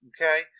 Okay